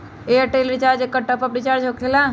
Airtel recharge एकर top up recharge होकेला?